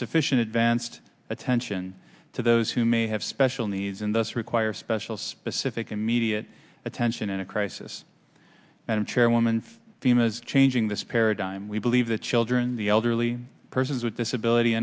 sufficient advanced attention to those who may have special needs and thus require special specific immediate attention in a crisis and chairwoman team is changing this paradigm we believe the children the elderly persons with disability